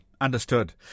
understood